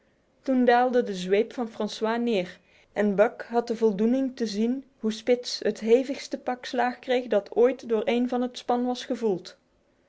toen daalde de zweep van francois neer en buck had de voldoening te zien hoe spitz het hevigste pak slaag kreeg dat ooit door één van het span was gevoeld